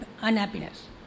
unhappiness